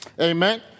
Amen